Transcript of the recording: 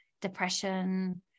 depression